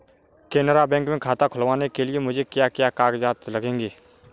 Canara bank में खाता खुलवाने के लिए मुझे क्या क्या कागजात लगेंगे?